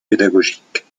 pédagogiques